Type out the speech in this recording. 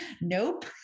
nope